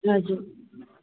हजुर